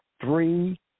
three